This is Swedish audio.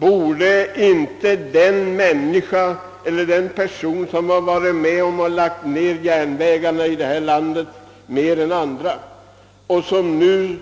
Borde inte den person, som mer än andra har varit med om att lägga ned järnvägarna i detta land och som nu